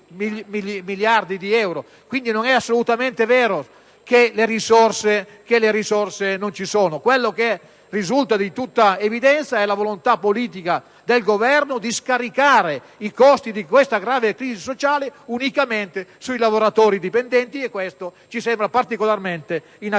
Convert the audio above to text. Quindi, non è assolutamente vero che non ci sono le risorse. Quello che risulta di tutta evidenza è la volontà politica del Governo di scaricare i costi della grave crisi sociale unicamente sui lavoratori dipendenti, e questo ci sembra particolarmente inaccettabile.